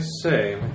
say